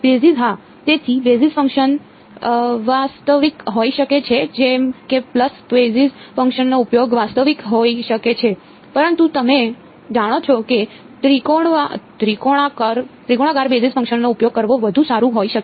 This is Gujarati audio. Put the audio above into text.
બેસિસ હા તેથી બેઝિસ ફંક્શન્સ અવાસ્તવિક હોઈ શકે છે જેમ કે પલ્સ બેઝિસ ફંક્શનનો ઉપયોગ અવાસ્તવિક હોઈ શકે છે પરંતુ તમે જાણો છો કે ત્રિકોણાકાર બેઝિસ ફંક્શનનો ઉપયોગ કરવો વધુ સારું હોઈ શકે છે